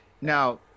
Now